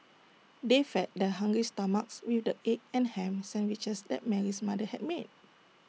they fed their hungry stomachs with the egg and Ham Sandwiches that Mary's mother had made